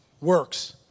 works